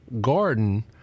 garden